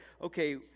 okay